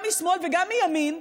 גם משמאל וגם מימין,